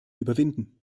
überwinden